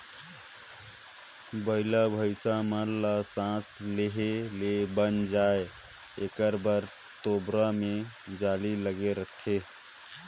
बइला भइसा मन ल सास लेहे ले बइन जाय एकर बर तोबरा मे जाली लगे रहथे